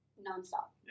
Non-stop